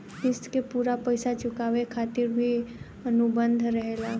क़िस्त के पूरा पइसा चुकावे खातिर भी अनुबंध रहेला